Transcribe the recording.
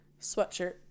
sweatshirt